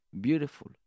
beautiful